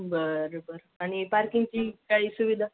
बरं बरं आणि पार्किंगची काही सुविधा